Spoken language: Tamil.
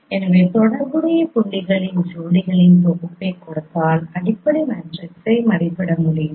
எனவே தொடர்புடைய புள்ளிகளின் ஜோடிகளின் தொகுப்பைக் கொடுத்தால் அடிப்படை மேட்ரிக்ஸை மதிப்பிட முடியும்